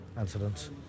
incidents